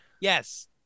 Yes